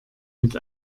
mit